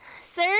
sir